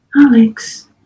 Alex